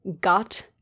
got